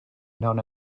known